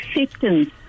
acceptance